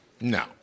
No